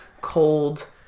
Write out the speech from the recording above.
cold